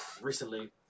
recently